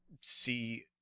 see